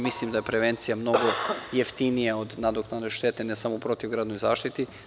Mislim da je prevencija mnogo jeftinija od nadoknade štete ne samo u protivgradnoj zaštiti.